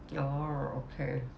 oh okay